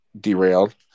derailed